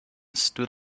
stood